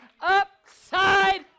upside